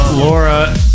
Laura